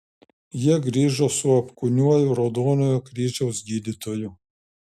jie grįžo su apkūniuoju raudonojo kryžiaus gydytoju